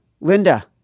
Linda